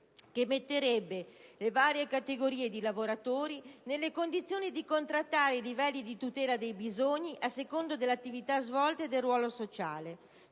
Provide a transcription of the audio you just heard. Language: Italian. che metterebbe le varie categorie di lavoratori nelle condizioni di contrattare i livelli di tutela dei bisogni a seconda dell'attività svolta e del ruolo sociale;